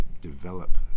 develop